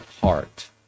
heart